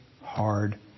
hard